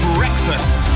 Breakfast